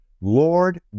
Lord